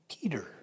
Peter